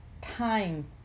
time